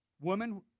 Woman